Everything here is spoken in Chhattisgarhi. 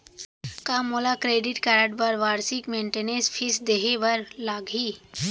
का मोला क्रेडिट कारड बर वार्षिक मेंटेनेंस फीस देहे बर लागही?